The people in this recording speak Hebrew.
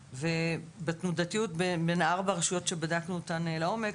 בתנודתיות בין ארבע הרשויות שבדקנו לעומק,